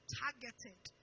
targeted